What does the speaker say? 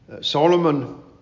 Solomon